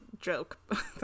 joke